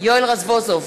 יואל רזבוזוב,